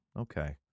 okay